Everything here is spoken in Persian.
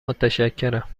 متشکرم